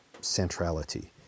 centrality